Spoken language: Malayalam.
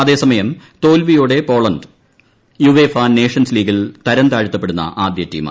അതേസമയം തോൽ വിയോടെ പോളണ്ട് യുവേഫ നേഷൻസ് ലീഗിൽ തരംതാഴ്ത്തപ്പെടുന്ന ആദ്യ ടീമായി